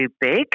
big